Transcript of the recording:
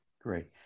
Great